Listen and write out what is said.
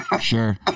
sure